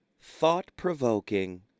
thought-provoking